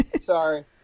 Sorry